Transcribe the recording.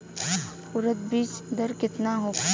उरद बीज दर केतना होखे?